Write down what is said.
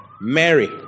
Mary